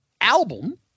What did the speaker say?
album